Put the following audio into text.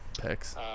picks